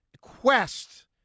quest